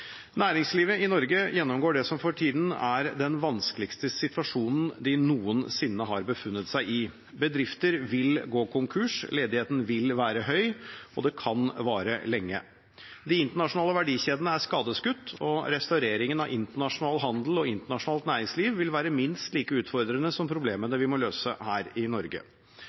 Næringslivet i Norge gjennomgår det som for tiden er den vanskeligste situasjonen de noensinne har befunnet seg i. Bedrifter vil gå konkurs, ledigheten vil være høy, og det kan vare lenge. De internasjonale verdikjedene er skadeskutt, og restaureringen av internasjonal handel og internasjonalt næringsliv vil være minst like utfordrende som problemene vi må løse her i Norge.